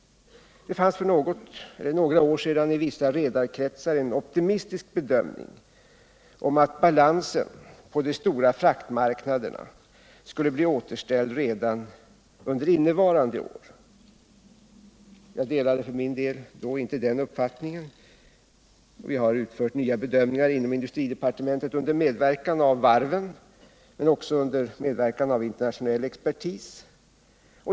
Det fanns för något eller några år sedan i redarkretsar en optimistisk bedömning om att balansen på de stora fraktmarknaderna skulle bli återställd redan under innevarande år. Jag delade för min del inte den uppfattningen. Vi har inom industridepartementet gjort nya bedömningar under medverkan av varven och också av internationell expertis.